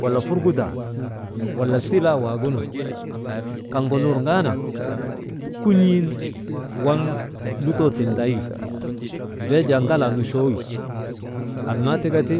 Wala furgudaa, wala silaa waagunu kaŋgu lurgaa naŋ kun̰iinu waŋ lutoo tindaywi bee jaa ŋalaa nuchoowi annaa tika ti